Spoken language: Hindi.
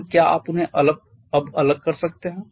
लेकिन क्या आप उन्हें अब अलग कर सकते हैं